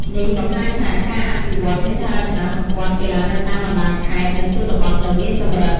នេះបង្ហាញថា ការអភិវឌ្ឍន៍ហេដ្ឋារចនាសម្ព័ន្ធកីឡានៅតាមបណ្ដាខេត្ត និងជនបទនៅមានកម្រិត។